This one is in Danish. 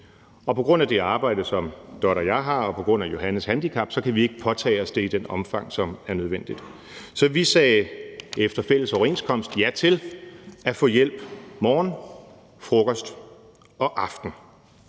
og på grund af det arbejde, som Dot og jeg har, og på grund af Johannes handicap kan vi ikke påtage os det i det omfang, som det er nødvendigt. Så vi sagde efter fælles overenskomst ja til at få hjælp morgen, frokost og aften,